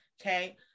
Okay